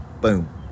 boom